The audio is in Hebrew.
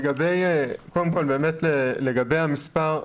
לגבי המספר.